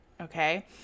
okay